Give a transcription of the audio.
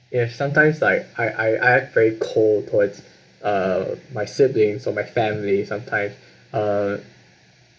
is sometimes like I I I'm very cold towards uh my siblings or my family sometime uh